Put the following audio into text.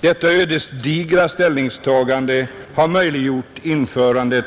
Detta ödesdigra ställningstagande har möjliggjort införandet